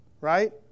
right